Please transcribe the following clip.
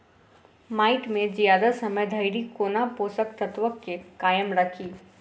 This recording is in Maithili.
माटि केँ जियादा समय धरि कोना पोसक तत्वक केँ कायम राखि?